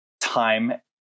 time